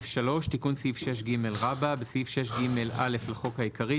תיקון סעיף 6ג. 3. בסעיף 6ג(א) לחוק העיקרי,